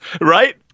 Right